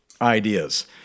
ideas